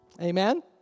Amen